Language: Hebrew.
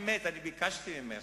באמת, אני ביקשתי ממך.